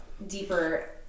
Deeper